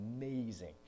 amazing